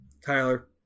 Tyler